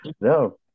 No